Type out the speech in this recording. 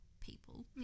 people